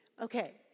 Okay